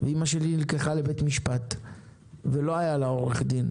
אימא שלי נלקחה לבית משפט ולא היה לה עורך דין,